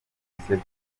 kicukiro